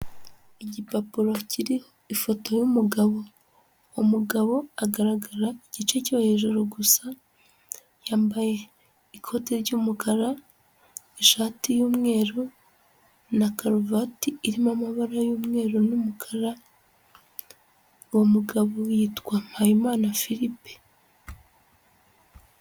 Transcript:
Igipapuro kiriho ifoto y'umugabo, umugabo agaragara igice cyo hejuru gusa, yambaye ikote ry'umukara, ishati y'umweru na karuvati irimo amabara y'umweru n'umukara, uwo mugabo yitwa Mpayimana Philipe.